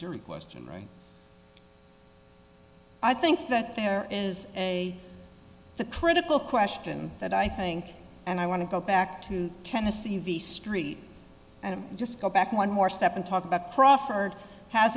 jury question right i think that there is a the critical question that i think and i want to go back to tennessee v street and just go back one more step and talk about crawford